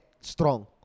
strong